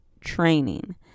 training